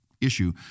issue